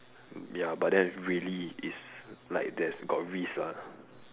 ya but then really it's like there's got risk lah